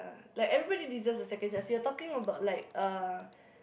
uh like everybody deserves a second chance you're talking about like uh